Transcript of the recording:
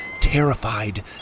terrified